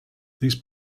these